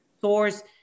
source